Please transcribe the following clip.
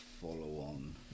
follow-on